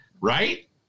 Right